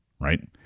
right